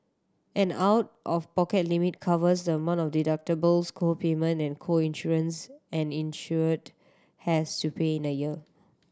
an out of pocket limit covers the amount of deductibles co payment and co insurance an insured has to pay in a year